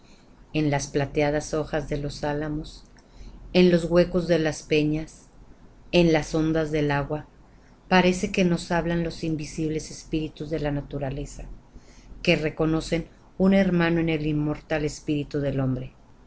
en las plateadas hojas de los álamos en los huecos de las peñas en las ondas del agua parece que nos hablan los invisibles espíritus de la naturaleza que reconocen un hermano en el inmortal espíritu del hombre